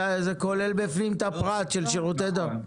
וזה כולל בפנים את הפרט של שירותי דואר.